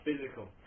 physical